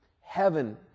Heaven